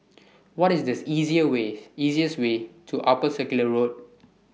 What IS The easier easiest Way to Upper Circular Road